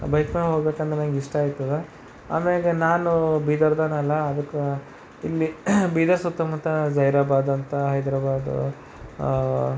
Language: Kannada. ಬೈಕ್ ಮೇಲೆ ಹೋಗ್ಬೇಕಂದ್ರೆ ನನಗೆ ಇಷ್ಟ ಆಗ್ತದೆ ಆಮೇಲೆ ನಾನು ಬೀದರ್ದವನಲ್ಲ ಅದಕ್ಕೆ ಇಲ್ಲಿ ಬೀದರ್ ಸುತ್ತಮುತ್ತ ಜಹೀರಾಬಾದ್ ಅಂತ ಹೈದರಾಬಾದ್